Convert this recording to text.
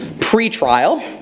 Pre-trial